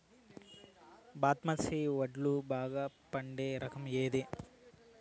బాస్మతి వడ్లు బాగా పండే రకం ఏది